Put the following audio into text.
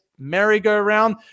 merry-go-round